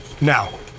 Now